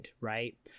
right